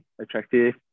attractive